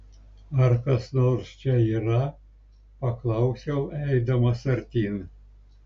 ar kas nors čia yra paklausiau eidamas artyn